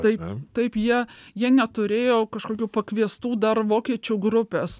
taip taip jie jie neturėjo kažkokių pakviestų dar vokiečių grupes